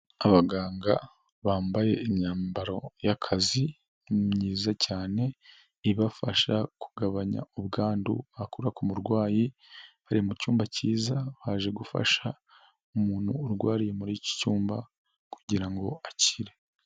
Abaganga bambaye imyambaro y'akazi myiza cyane ibafasha kugabanya ubwandu bakura ku murwayi, bari mu cyumba kiza baje gufasha umuntu urwariye muri iki cyumba kugira ngo akire.